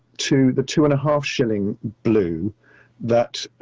to the two and a half shilling blue that